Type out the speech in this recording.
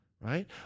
right